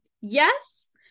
yes